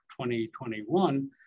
2021